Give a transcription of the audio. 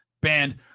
banned